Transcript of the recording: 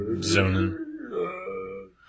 zoning